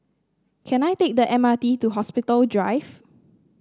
can I take the M R T to Hospital Drive